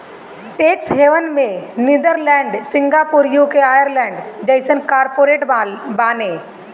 tax haven में Netherlands, Singapore, UK, Ireland जइसन corporate बाने